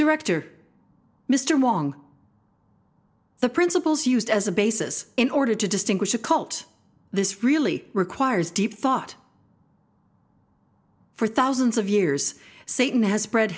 director mr wong the principles used as a basis in order to distinguish a cult this really requires deep thought for thousands of years satan has spread